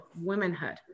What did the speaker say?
womanhood